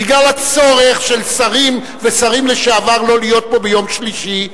בגלל הצורך של שרים ושרים לשעבר לא להיות פה ביום שלישי,